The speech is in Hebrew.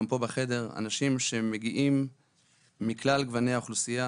גם פה בחדר: אנשים שמגיעים מכלל גווני האוכלוסייה,